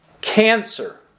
cancer